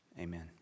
Amen